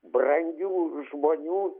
brangių žmonių